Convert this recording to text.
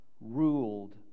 ruled